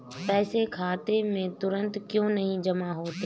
पैसे खाते में तुरंत क्यो नहीं जमा होते हैं?